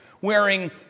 wearing